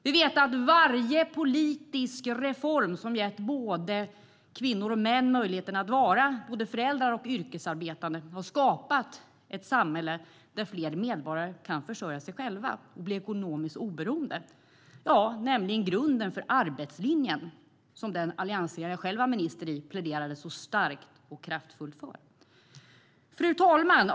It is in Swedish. Vi vet att varje politisk reform som har gett både kvinnor och män möjligheten att vara både föräldrar och yrkesarbetande har skapat ett samhälle där fler medborgare kan försörja sig själva och bli ekonomiskt oberoende - grunden för arbetslinjen, som den alliansregering som jag själv var minister i pläderade så starkt och kraftfullt för. Fru talman!